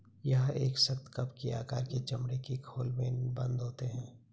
यह एक सख्त, कप के आकार के चमड़े के खोल में बन्द होते हैं